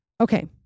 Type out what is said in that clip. Okay